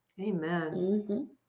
Amen